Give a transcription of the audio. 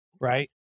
right